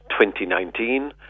2019